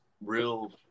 real